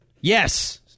Yes